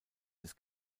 des